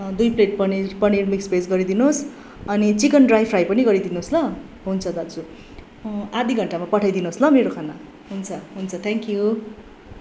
दुई plate paneer paneer mix भेज गरिदिनु होस् अनि चिकन ड्राई फ्राई पनि गरिदिनु होस् ल हुन्छ दाजु आधा घण्टामा पठाइदिनु होस् ल मेरो खाना हुन्छ हुन्छ थ्याङ्क यु